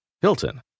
Hilton